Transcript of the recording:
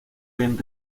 bien